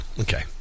okay